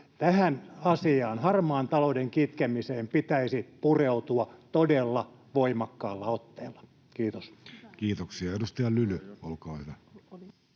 tähän asiaan, harmaan talouden kitkemiseen, pitäisi pureutua todella voimakkaalla otteella. — Kiitos. Kiitoksia. — Edustaja Lyly, olkaa hyvä.